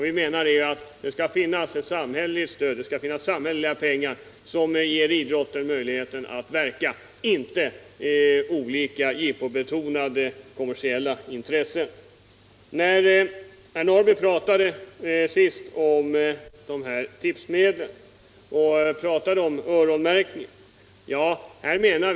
Vi menar att det skall finnas samhälleliga pengar som ger idrotten möjlighet att verka. Det skall inte behövas pengar från olika jippobetonade eller kommersiella intressen. Herr Norrby talade om tipsmedlen och öronmärkning av pengar.